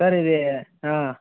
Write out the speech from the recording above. sir ఇది ఆ